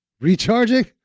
Recharging